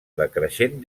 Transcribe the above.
decreixent